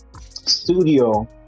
studio